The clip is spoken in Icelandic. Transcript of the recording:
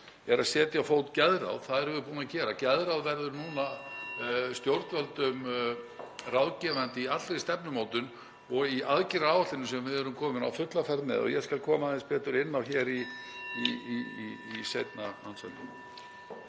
er að setja á fót geðráð. Það erum við búin að gera. Geðráð verður núna (Forseti hringir.) stjórnvöldum ráðgefandi í allri stefnumótun og í aðgerðaáætluninni sem við erum komin á fulla ferð með og ég skal koma aðeins betur inn á hér í seinna andsvari.